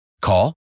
Call